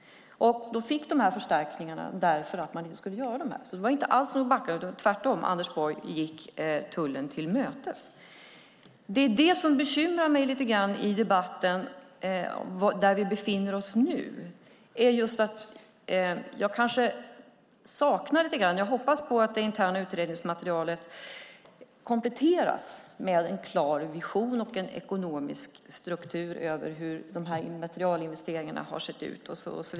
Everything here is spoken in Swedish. Förstärkningarna skulle göras. Det var inte alls fråga om att backa. Tvärtom gick Anders Borg tullen till mötes. Det som bekymrar mig i debatten just nu är att jag saknar något. Jag hoppas att det interna utredningsmaterialet kompletteras med en klar vision och en ekonomisk struktur över hur de omfattande materialinvesteringarna har sett ut.